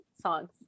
Songs